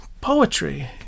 poetry